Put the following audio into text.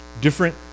Different